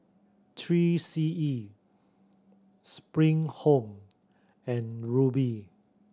Three C E Spring Home and Rubi